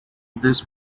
this